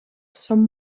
some